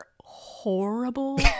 horrible